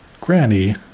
Granny